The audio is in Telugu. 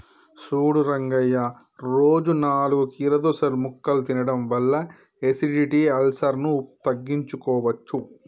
సూడు రంగయ్య రోజు నాలుగు కీరదోస ముక్కలు తినడం వల్ల ఎసిడిటి, అల్సర్ను తగ్గించుకోవచ్చు